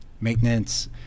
maintenance